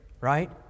right